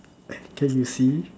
can you see